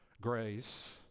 grace